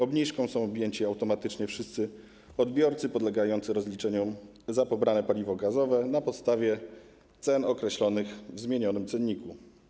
Obniżką są objęci automatycznie wszyscy odbiorcy podlegający rozliczeniom za pobrane paliwo gazowe na podstawie cen określonych w zmienionym cenniku.